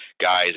guys